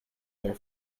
their